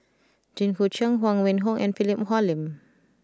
Jit Koon Ch'ng Huang Wenhong and Philip Hoalim